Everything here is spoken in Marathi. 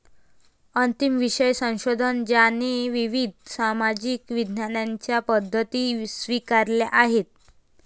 अंतिम विषय संशोधन ज्याने विविध सामाजिक विज्ञानांच्या पद्धती स्वीकारल्या आहेत